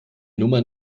nummer